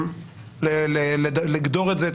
כדי לגדור את זה.